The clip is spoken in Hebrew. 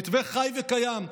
המתווה חי וקיים.